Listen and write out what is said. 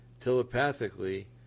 telepathically